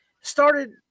started